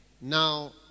Now